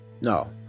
no